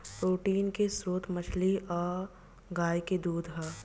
protein के स्त्रोत मछली आ गाय के दूध ह